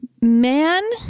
Man